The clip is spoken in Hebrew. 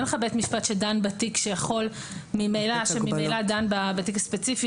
אין בית משפט שממילא דן בתיק הספציפי